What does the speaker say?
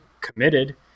committed